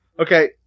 Okay